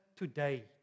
Today